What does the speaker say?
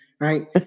Right